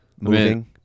moving